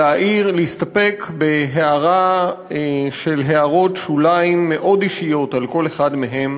ולהסתפק בהערות שוליים מאוד אישיות על כל אחד מהם.